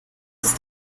ist